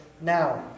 Now